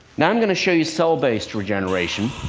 now i'm going to show you cell-based regeneration.